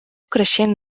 creixent